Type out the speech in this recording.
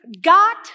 got